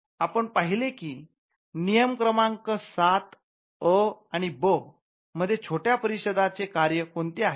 आपण पाहिले की नियम १३ मध्ये छोट्या परिच्छदाचे कार्ये कोणते आहे